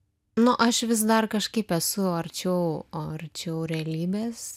na aš vis dar kažkaip esu arčiau arčiau realybės